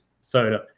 soda